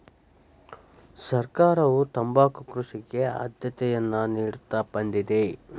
ಸರ್ಕಾರವು ತಂಬಾಕು ಕೃಷಿಗೆ ಆದ್ಯತೆಯನ್ನಾ ನಿಡುತ್ತಾ ಬಂದಿದೆ